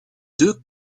deux